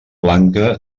blanca